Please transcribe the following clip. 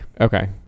okay